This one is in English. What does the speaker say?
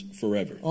forever